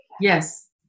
Yes